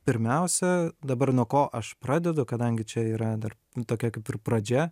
pirmiausia dabar nuo ko aš pradedu kadangi čia yra dar tokia kaip ir pradžia